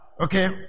Okay